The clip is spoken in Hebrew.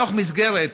בתוך מסגרת,